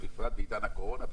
בפרט בעידן הקורונה,